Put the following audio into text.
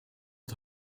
het